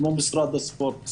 כמו ממשרד הספורט,